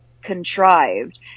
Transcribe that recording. contrived